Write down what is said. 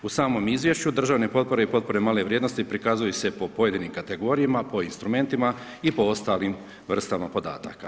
U samom izvješću državne potpore i potpore male vrijednosti prikazuju se po pojedinim kategorijama, po instrumentima i po ostalim vrstama podataka.